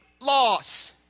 loss